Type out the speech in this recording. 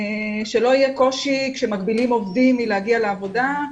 שלא יהיה קושי כשמגבילים עובדים מלהגיע לעבודה,